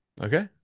Okay